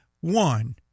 one